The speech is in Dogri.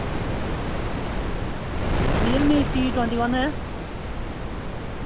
रियलमी सी टवंटी ऐ